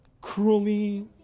cruelly